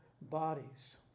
bodies